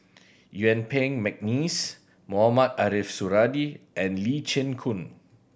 Yuen Peng McNeice Mohamed Ariff Suradi and Lee Chin Koon